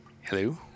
hello